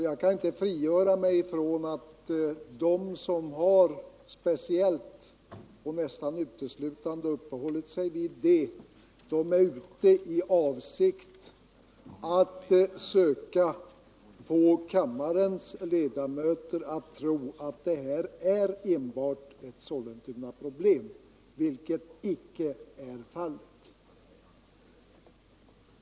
Jag kan inte frigöra mig från att de som, speciellt och nästan uteslutande, har uppehållit sig vid detta är ute i avsikt att söka få kammarens ledamöter att tro att detta enbart är ett Sollentunaproblem, vilket icke är fallet.